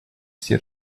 все